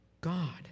God